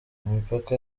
imipaka